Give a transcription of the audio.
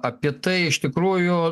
apie tai iš tikrųjų